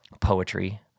poetry